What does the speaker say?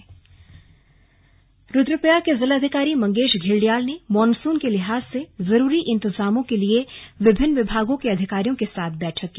slug Rudraprayag monsoon Rudraprayag के जिलाधिकारी मंगेश घिल्डियाल ने मानसुन के लिहाज से जरूरी इंतजामों के लिए विभिन्न विभागों के अधिकारियों के साथ बैठक की